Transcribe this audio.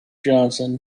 johnson